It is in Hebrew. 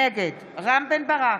נגד רם בן ברק,